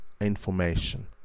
information